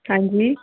ਹਾਂਜੀ